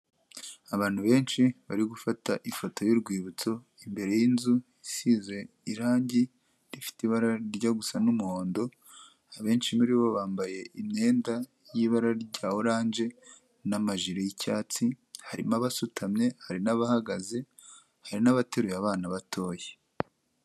Abantu benshi bari gufata ifoto y'urwibutso, imbere y'inzu isize irangi rifite ibara rijya gusa n'umuhondo, abenshi muri bo bambaye imyenda y'ibara rya oranje n'amajiri y'icyatsi, harimo abasutamye, hari n'abahagaze, hari n'abateruye abana batoya.